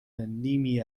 نیمی